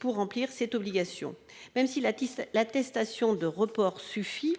pour remplir cette obligation. Même si l'attestation de report suffit